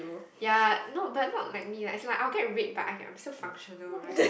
ya no but not like me like as in like I'll get red but I can I'm still functional right